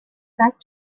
back